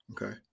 Okay